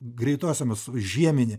greitosiomis žieminį